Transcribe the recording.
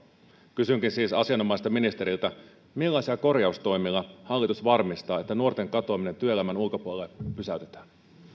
kysynkin siis asianomaiselta ministeriltä millaisilla korjaustoimilla hallitus varmistaa että nuorten katoaminen työelämän ulkopuolelle pysäytetään